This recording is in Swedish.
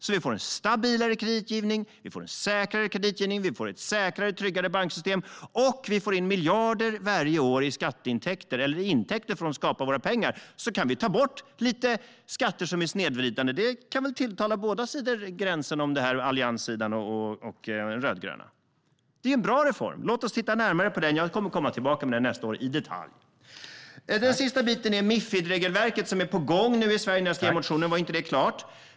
Då får vi en stabilare och säkrare kreditgivning, ett säkrare och tryggare banksystem, och vi får in miljarder varje år i intäkter som skapar våra pengar. Sedan kan man ta bort lite snedvridande skatter. Det borde tilltala både Alliansen och de rödgröna. Det är en bra reform. Låt oss titta närmare på den. Jag återkommer i detalj till den nästa år. Sedan gäller det Mifidregelverket. Det är nu på gång i Sverige. När jag skrev motionen var det inte klart.